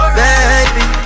baby